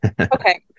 okay